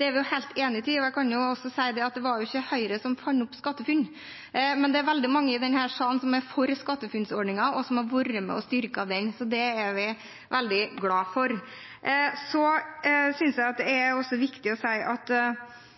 Der er vi helt enige. Jeg kan også si at det ikke var Høyre som fant opp SkatteFUNN. Men det er veldig mange i denne salen som er for SkatteFUNN-ordningen, og som har vært med og styrket den. Det er vi veldig glad for. Så synes jeg det også er